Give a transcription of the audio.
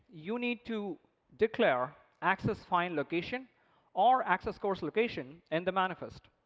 you need to declare access fine location or access coarse location in the manifest.